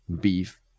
beef